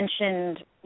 mentioned